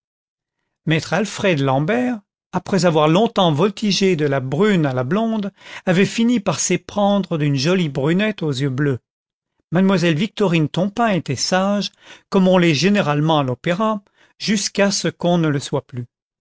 maître alfred l'ambert après avoir longtemps voltigé de la brune à la blonde avait fini par s'éprendre d'une jolie brunette aux yeux bleus mademoiselle victorine tompain était sage comme on l'est généralement à l'opéra jusqu'à ce qu'on ne le soit plus